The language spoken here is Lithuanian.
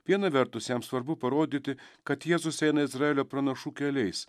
viena vertus jam svarbu parodyti kad jėzus eina izraelio pranašų keliais